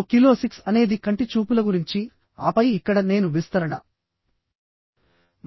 oculesics అనేది కంటి చూపుల గురించి ఆపై ఇక్కడ నేను విస్తరణ